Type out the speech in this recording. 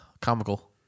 Comical